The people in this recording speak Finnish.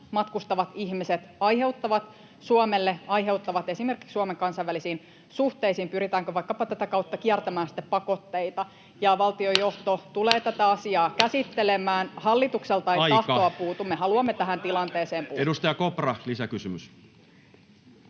matkustavat ihmiset aiheuttavat Suomelle, aiheuttavat esimerkiksi Suomen kansainvälisiin suhteisiin, pyritäänkö vaikkapa tätä kautta kiertämään sitten pakotteita. Valtion johto tulee tätä asiaa käsittelemään. Hallitukselta [Puhemies: Aika!] ei tahtoa puutu, me haluamme tähän tilanteeseen puuttua. Edustaja Kopra, lisäkysymys.